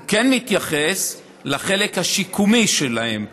הוא כן מתייחס לחלק השיקומי שלהן.